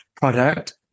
product